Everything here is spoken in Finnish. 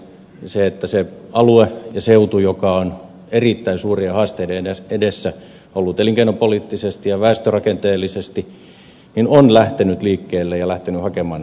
se että se alue ja seutu joka on ollut erittäin suurien haasteiden edessä elinkeinopoliittisesti ja väestörakenteellisesti on lähtenyt liikkeelle ja lähtenyt hakemaan näitä ratkaisuja